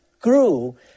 grew